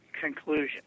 conclusion